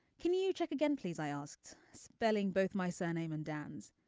can you check again please i asked spelling both my surname and dan's.